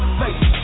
face